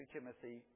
Timothy